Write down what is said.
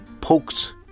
pokes